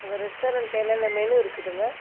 உங்கள் ரெஸ்டாரண்ட்டில் என்னென்ன மெனு இருக்குதுங்க